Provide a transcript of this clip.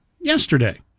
yesterday